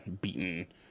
beaten